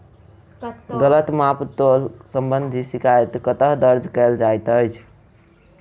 गलत माप तोल संबंधी शिकायत कतह दर्ज कैल जाइत अछि?